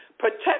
protect